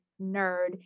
nerd